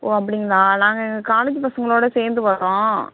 ஓ அப்படிங்களா நாங்கள் எங்கள் காலேஜ் பசங்களோடு சேர்ந்து வரோம்